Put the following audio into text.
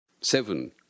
Seven